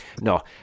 No